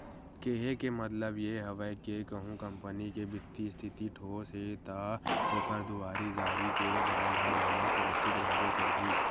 केहे के मतलब ये हवय के कहूँ कंपनी के बित्तीय इस्थिति ठोस हे ता ओखर दुवारी जारी के बांड ह घलोक सुरक्छित रहिबे करही